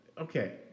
Okay